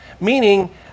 meaning